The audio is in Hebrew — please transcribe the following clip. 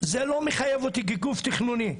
זה לא מחייב אותי כגוף תכנוני.